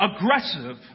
aggressive